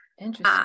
Interesting